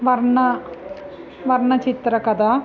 वर्णः वर्णचित्रकथा